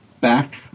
back